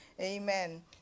Amen